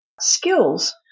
skills